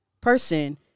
person